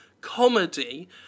comedy